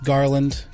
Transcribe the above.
Garland